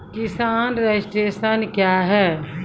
किसान रजिस्ट्रेशन क्या हैं?